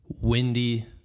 Windy